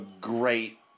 great